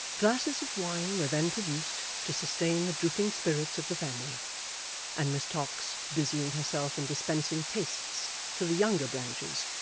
glasses of wine were then produced, to sustain the drooping spirits of the family and miss tox, busying herself in dispensing tastes to the younger branches,